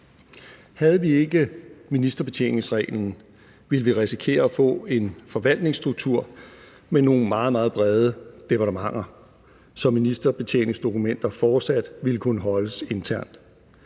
Havde vi ikke ministerbetjeningsreglen, ville vi risikere at få en forvaltningsstruktur med nogle meget, meget brede departementer, så ministerbetjeningsdokumenter fortsat ville kunne holdes internt,